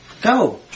go